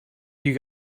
you